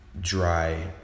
dry